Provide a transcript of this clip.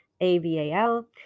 A-V-A-L